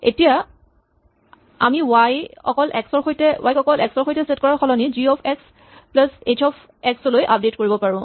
এতিয়া আমি ৱাই ক অকল এক্স ৰ সৈতে ছেট কৰাৰ সলনি G of X plus H of X লৈ আপডেট কৰিব পাৰো